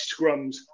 scrums